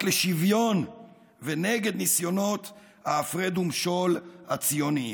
לשוויון ונגד ניסיונות ההפרד ומשול הציוניים.